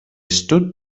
stood